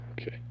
Okay